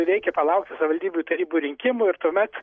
reikia palaukti savivaldybių tarybų rinkimų ir tuomet